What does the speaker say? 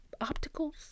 opticals